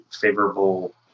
favorable